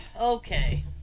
okay